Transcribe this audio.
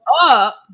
up